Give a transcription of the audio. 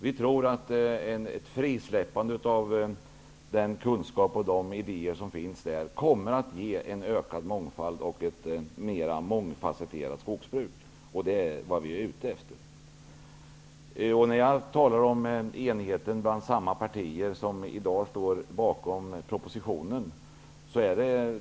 Vi tror att ett frisläppande av den kunskap och de idéer som finns kommer att ge en ökad mångfald och ett mera mångfasetterat skogsbruk. Det är vad vi är ute efter. Jag talar om enigheten mellan de partier som i dag står bakom propositionen.